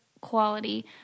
quality